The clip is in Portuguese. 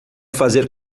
fazer